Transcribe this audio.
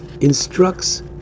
instructs